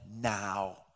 now